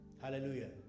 Hallelujah